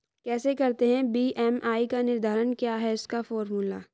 कैसे करते हैं बी.एम.आई का निर्धारण क्या है इसका फॉर्मूला?